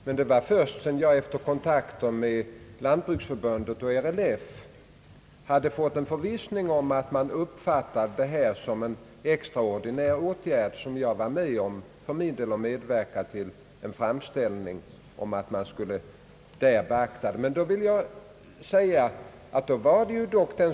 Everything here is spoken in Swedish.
Det var dock först sedan jag efter kontakter med Lantbruksförbundet och RLF hade förvissats om att man där uppfattade detta som en extraordinär åtgärd som jag var med om att medverka till en framställning om att dessa skördeskador skulle beaktas.